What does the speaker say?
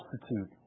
substitute